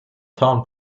town